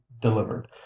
delivered